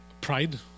Pride